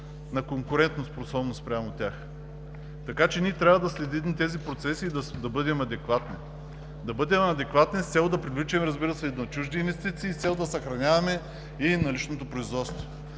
на конкурентоспособност спрямо тях. Ние трябва да следим тези процеси и да бъдем адекватни с цел да привличаме, разбира се, и чужди инвестиции, с цел да съхраняваме и наличното производство.